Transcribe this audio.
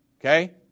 okay